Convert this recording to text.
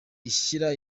ishyira